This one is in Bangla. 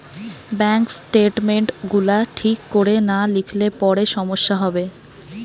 ব্যাংক স্টেটমেন্ট গুলা ঠিক কোরে না লিখলে পরে সমস্যা হবে